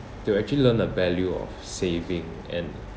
to actually learn the value of saving and